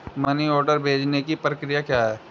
Money order भेजने की प्रक्रिया क्या है?